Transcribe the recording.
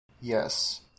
Yes